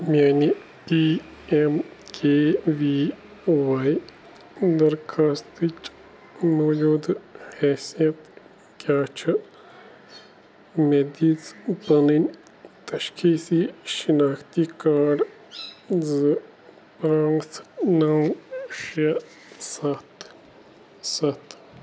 میٛانہِ P M K V Y درخواستٕچ موجوٗدٕ حیثیت کیٛاہ چھِ مےٚ دِژ پَنٕنۍ تشخیٖصی شناختی کارڈ زٕ پانٛژھ نَو شےٚ سَتھ سَتھ